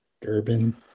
Durbin